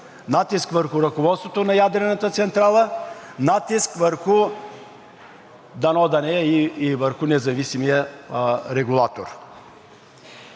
натиск върху ръководството на ядрената централа, натиск – дано да не е, и върху независимия регулатор.